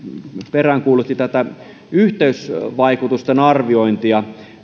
peräänkuuluttivat tätä yhteisvaikutusten arviointia